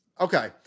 Okay